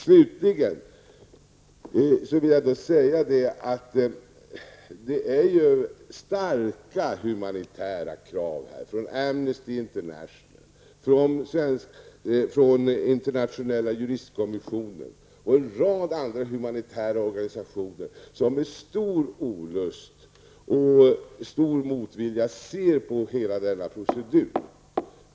Slutligen vill jag ändå säga att det är starka humanitära krav från Amnesty Internationel, från internationella juristkommissionen och en rad andra humanitära organisationer, som med stor olust och stor motvilja ser på hela denna procedur.